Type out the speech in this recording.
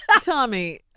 Tommy